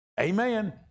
Amen